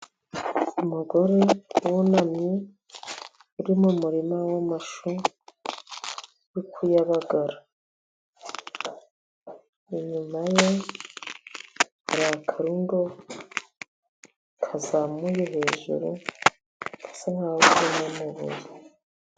Umugore wunamye uri mu muririma w'amashu, uri kuyabagara, inyuma ye hari akaringoti kazamuye hejuru, gasa nkaho karimo amabuye.